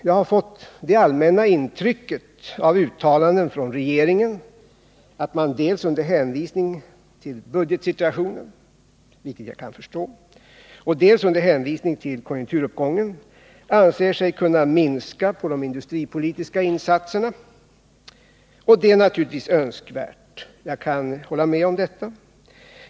Jag har fått det allmänna intrycket av uttalanden från regeringshåll att man dels under hänvisning till budgetsituationen, vilket jag kan förstå, dels under hänvisning till konjunkturuppgången anser sig kunna minska de industripolitiska insatserna. Jag kan hålla med om att detta naturligtvis i och för sig är önskvärt.